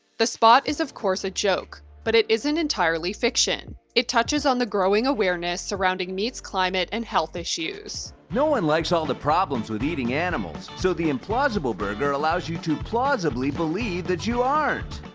the spot is of course a joke, but it isn't entirely fiction. it touches on the growing awareness surrounding meat's climate and health issues. no one likes all the problems with eating animals, so the implausible burger allows you to plausibly believe that you aren't.